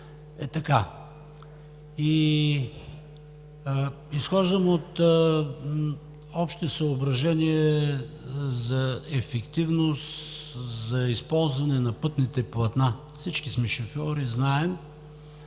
Изхождам от общите съображения за ефективност, за използване на пътните платна. Всички сме шофьори, знаем,